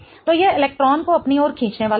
तो यह इलेक्ट्रॉन को अपनी ओर खींचने वाला है